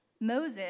Moses